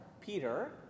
Peter